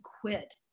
quit